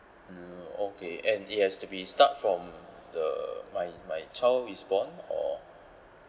mm okay and it has to be start from the my my child is born or